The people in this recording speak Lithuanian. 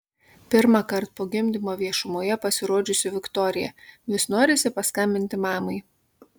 pirmąkart po gimdymo viešumoje pasirodžiusi viktorija vis norisi paskambinti mamai